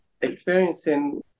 experiencing